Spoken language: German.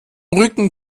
rücken